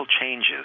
changes